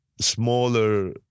smaller